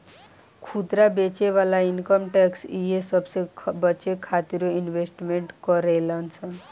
खुदरा बेचे वाला इनकम टैक्स इहे सबसे बचे खातिरो इन्वेस्टमेंट करेले सन